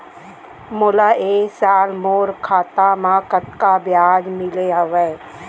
मोला ए साल मोर खाता म कतका ब्याज मिले हवये?